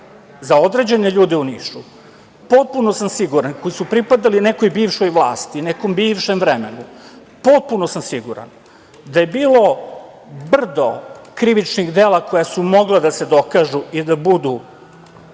za određene ljude u Nišu koji su pripadali nekoj bivšoj vlasti, nekom bivšem vremenu, potpuno sam siguran da je bilo brdo krivičnih dela koja su mogla da su dokažu i da budu